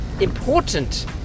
important